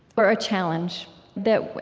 or a challenge that,